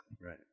Right